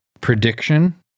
Prediction